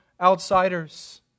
outsiders